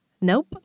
Nope